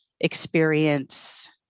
experience